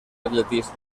atletismo